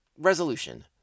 Resolution